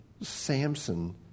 Samson